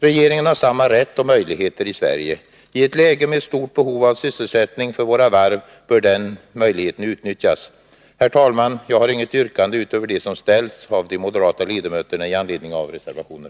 Regeringen har samma rätt och möjlighet i Sverige. I ett läge med stort behov av sysselsättning för våra varv bör denna möjlighet utnyttjas. Herr talman! Jag har inget yrkande utöver dem som framställts av moderata ledamöter i anledning av reservationer.